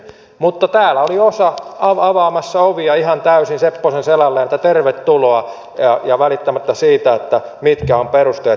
mutta täällä oli osa avaamassa ovia ihan täysin sepposen selälleen että tervetuloa välittämättä siitä mitkä ovat perusteet